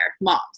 moms